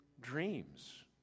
dreams